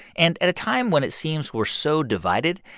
and at a time when it seems we're so divided,